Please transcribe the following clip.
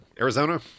arizona